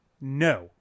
no